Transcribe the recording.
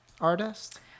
artist